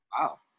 Wow